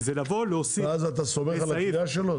לבוא ולהוסיף -- ואז אתה סומך על הקריאה שלו?